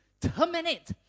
terminate